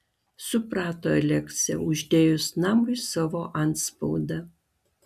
suprato aleksę uždėjus namui savo antspaudą